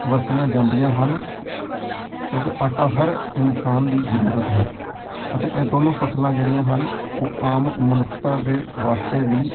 ਵਰਤੀਆਂ ਜਾਂਦੀਆਂ ਹਨ ਕਿਉਂਕਿ ਆਟਾ ਹਰ ਇਨਸਾਨ ਦੀ ਜ਼ਰੂਰਤ ਹੈ ਅਤੇ ਇਹ ਦੋਨੋਂ ਫ਼ਸਲਾਂ ਜਿਹੜੀਆਂ ਹਨ ਉਹ ਆਮ ਮਨੁੱਖਤਾ ਦੇ ਵਾਸਤੇ ਵੀ